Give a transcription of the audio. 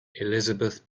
elizabeth